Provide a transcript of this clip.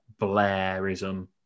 blairism